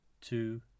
two